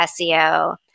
SEO